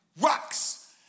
rocks